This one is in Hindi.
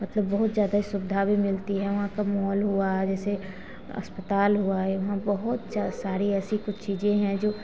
मतलब बहुत ज़्यादा सुविधा भी मिलती है वहाँ का माल हुआ जैसे अस्पताल हुआ यहाँ बहुत सारी ऐसी कुछ चीज़ें है जो